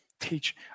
Teach